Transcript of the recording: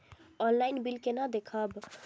Online bill केना देखब?